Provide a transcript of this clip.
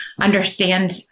understand